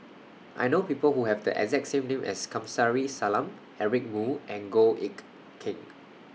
I know People Who Have The exact name as Kamsari Salam Eric Moo and Goh Eck Kheng